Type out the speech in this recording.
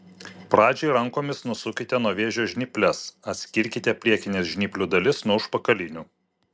pradžiai rankomis nusukite nuo vėžio žnyples atskirkite priekines žnyplių dalis nuo užpakalinių